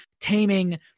taming